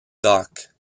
duck